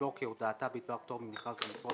לבדוק כי הודעתה בדבר פטור ממכרז למשרות